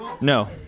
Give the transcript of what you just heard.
No